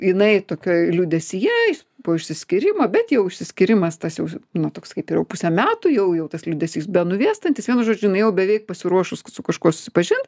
jinai tokioj liūdesyje po išsiskyrimo bet jau išsiskyrimas tas jau na toks kaip ir jau pusę metų jau jau tas liūdesys benuvėstantis vienu žodžiu jinai jau beveik pasiruošus su kažkuo susipažint